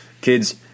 Kids